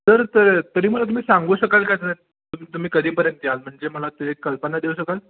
sir तर तरी मला तुम्ही सांगू शकाल का सर तुम्ही कधीपर्यंत याल म्हणजे मला ते एक कल्पना देऊ शकाल